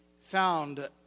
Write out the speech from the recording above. found